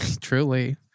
Truly